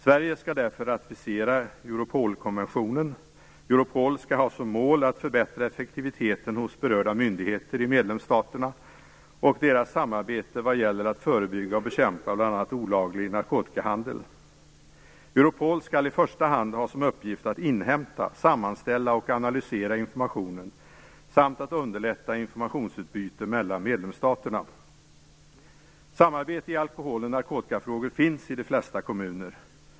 Sverige skall därför ratificera Europolkonventionen. Europol skall ha som mål att förbättra effektiviteten hos berörda myndigheter i medlemsstaterna och deras samarbete vad gäller att förebygga och bekämpa bl.a. olaglig narkotikahandel. Europol skall i första hand ha som uppgift att inhämta, sammanställa och analysera information samt underlätta informationsutbyte mellan medlemsstaterna. Samarbete i alkohol och narkotikafrågor finns i de flesta kommuner.